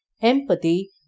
empathy